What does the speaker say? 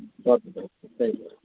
okay thank you thank you